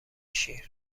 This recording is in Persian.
شیر